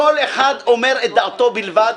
כל אחד אומר את דעתו בלבד.